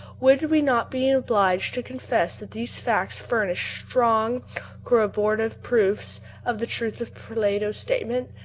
would we not be obliged to confess that these facts furnished strong corroborative proofs of the truth of plato's statement,